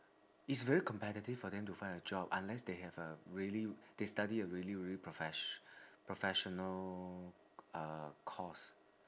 it's very competitive for them to find a job unless they have a really they study a really really profess~ professional uh course